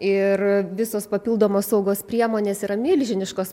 ir visos papildomos saugos priemonės yra milžiniškos